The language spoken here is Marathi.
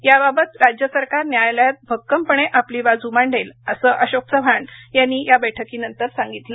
याबाबत राज्य सरकार न्यायालयात भक्कमपणे आपली बाजू मांडेल असे अशोक चव्हाण यांनी बैठकीनंतर सांगितलं